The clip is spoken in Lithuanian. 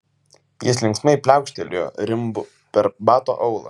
jis linksmai pliaukštelėjo rimbu per bato aulą